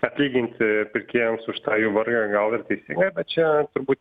atlyginti pirkėjams už tą jų vargą gali tik čia turbūt